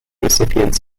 recipients